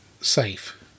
safe